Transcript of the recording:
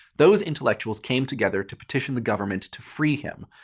those intellectuals came together to petition the government to free him.